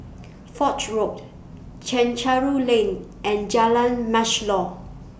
Foch Road Chencharu Lane and Jalan Mashhor